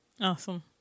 Awesome